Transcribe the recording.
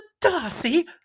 Darcy